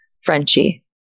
Frenchie